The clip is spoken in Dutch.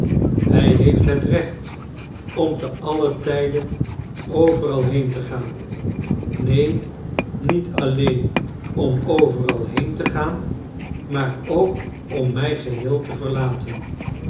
hij heeft het recht om ten alle tijde overal heen te gaan neen niet alleen om overal heen te gaan maar ook om mij geheel te verlaten